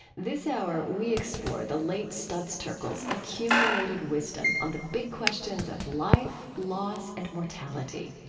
this hour, we explore the late studs terkel's accumulated wisdom on the big questions of life, loss, and mortality.